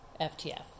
FTF